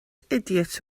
idiot